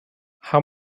how